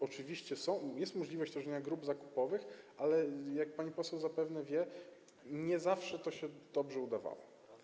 Oczywiście jest możliwość tworzenia grup zakupowych, ale jak pani poseł zapewne wie, nie zawsze to się dobrze udawało.